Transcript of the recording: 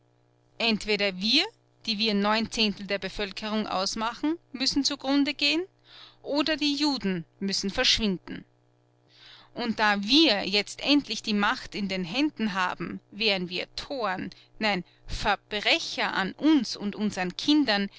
entweder wir die wir neun zehntel der bevölkerung ausmachen müssen zugrunde gehen oder die juden müssen verschwinden und da wir jetzt endlich die macht in den händen haben wären wir toren nein verbrecher an uns und unseren kindern